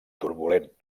turbulent